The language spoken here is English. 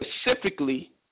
specifically